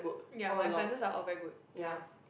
ya my sciences are all very good ya